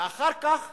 ואחר כך